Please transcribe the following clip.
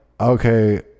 okay